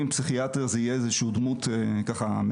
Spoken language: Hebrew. פסיכיאטריה תהיה איזושהי דמות מהעבר,